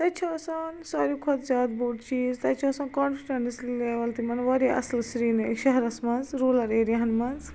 تَتہِ چھُ آسان ساروٕے کھۄتہٕ زیادٕ بوٚڈ چیٖز تَتہِ چھُ آسان کانفریٚنٕس لیٚول تِمن وارِیاہ اَصٕل سری شَہرس منٛز رولر ایرِیا ہن منٛز